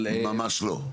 ממש לא.